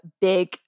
big